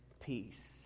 peace